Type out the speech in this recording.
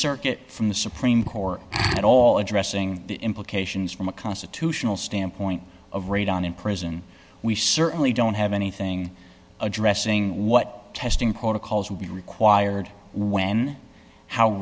circuit from the supreme court at all addressing the implications from a constitutional standpoint of radon in prison we certainly don't have anything addressing what testing protocols would be required when how